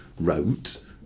wrote